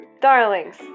Darlings